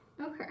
Okay